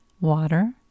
water